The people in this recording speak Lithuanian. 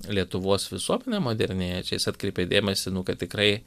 lietuvos visuomenę modernėjančią jis atkreipė dėmesį nu kad tikrai